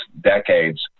decades